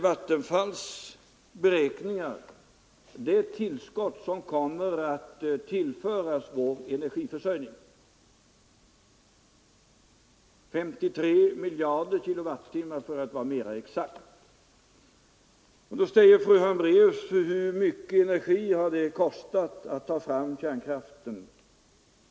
Vattenfalls beräkningar gäller det tillskott som kommer att tillföras vår energiförsörjning, 53 miljarder kilowattimmar för att vara mer exakt. Då frågar fru Hambraeus: Hur mycket energi har det kostat att ta fram kärnkraften?